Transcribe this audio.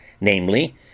namely